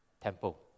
temple